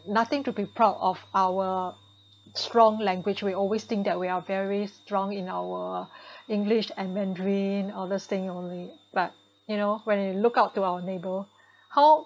nothing to be proud of our strong language we always think that we are very strong in our English and Mandarin all this thing only but you know when we lookout to our neighbor how